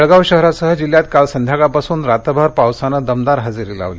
जळगाव शहरासह जिल्ह्यात काल संध्याकाळपासून रात्रभर दमदार पावसाने हजेरी लावली